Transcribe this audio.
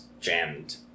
jammed